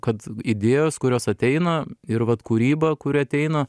kad idėjos kurios ateina ir vat kūryba kuri ateina